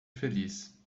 feliz